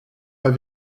pas